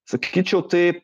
sakyčiau tai